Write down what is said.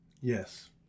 Yes